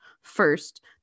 First